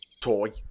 Toy